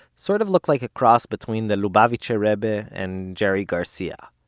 sort of look like a cross between the lubavitch ah rebbe and jerry garcia.